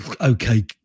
okay